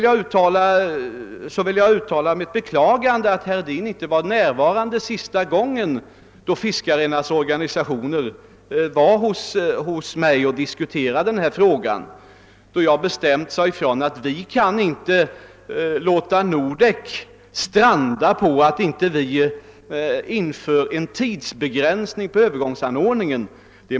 Jag vill uttala mitt beklagande av att herr Hedin inte var närvarande senaste gången fiskarnas organisationer var hos mig och diskuterade denna fråga. Då sade jag bestämt ifrån, att det måste stå klart att vi inte kan låta Nordek stranda på att vi inte vill införa en tidsbegränsning för övergångsanordningen.